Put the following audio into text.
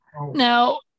now